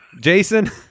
Jason